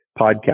podcast